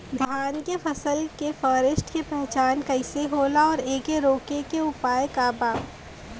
धान के फसल के फारेस्ट के पहचान कइसे होला और एके रोके के उपाय का बा?